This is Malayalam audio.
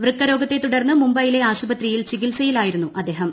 വൃക്കരോഗത്തെ തുടർന്ന് മുംബൈയിലെ ആശുപത്രിയിൽ ചികിത്സയിലായിരുന്നു അദ്ദേഹം